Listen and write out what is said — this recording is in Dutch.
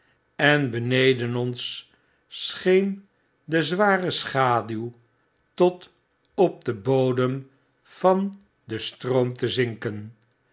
en beneden onsscneende zware schaduw tot op den bodem van den stroom te zinken